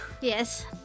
Yes